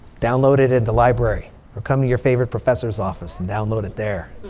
download it at the library. or come to your favorite professor's office and download it there.